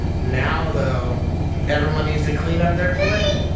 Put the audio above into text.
now though everyone needs to cleanup their. plate.